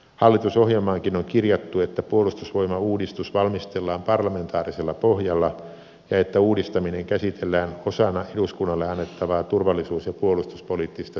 hallitusohjelmaankin on kirjattu että puolustusvoimauudistus valmistellaan parlamentaarisella pohjalla ja että uudistaminen käsitellään osana eduskunnalle annettavaa turvallisuus ja puolustuspoliittista selontekoa